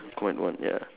combined into one ya